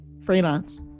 freelance